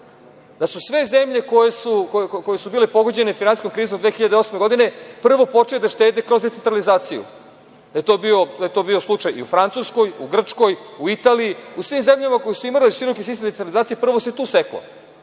da sve zemlje koje su bile pogođene finansijskom krizom 2008. godine prvo su počele da štede kroz decentralizaciju. To je bio slučaj i u Francuskoj, u Grčkoj, u Italiji, u svim zemljama koje su imale širok sistem decentralizacije, prvo se tu seklo.U